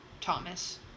Thomas